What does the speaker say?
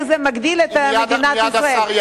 כי זה מגדיל את מדינת ישראל.